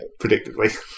Predictably